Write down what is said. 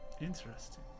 Interesting